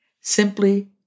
Simply